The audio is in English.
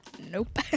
Nope